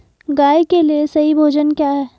गाय के लिए सही भोजन क्या है?